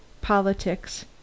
politics